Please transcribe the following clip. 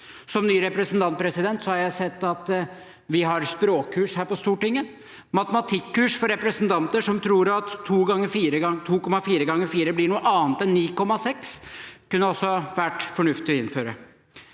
Som ny representant har jeg sett at vi har språkkurs her på Stortinget. Matematikkurs for representanter som tror at 2,4 ganger 4 blir noe annet enn 9,6, kunne også vært fornuftig å innføre.